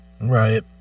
Right